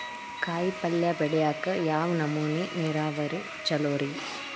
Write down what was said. ಕಾಯಿಪಲ್ಯ ಬೆಳಿಯಾಕ ಯಾವ್ ನಮೂನಿ ನೇರಾವರಿ ಛಲೋ ರಿ?